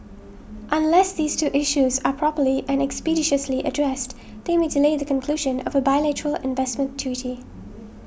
unless these two issues are properly and expeditiously addressed they may delay the conclusion of a bilateral investment treaty